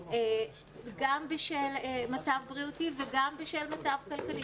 גם בשל מצב בריאותי וגם בשל מצב כלכלי,